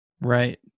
Right